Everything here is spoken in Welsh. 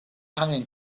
angen